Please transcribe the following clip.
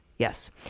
Yes